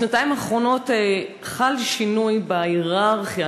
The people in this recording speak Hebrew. בשנתיים האחרונות חל שינוי בהייררכיה,